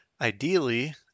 ideally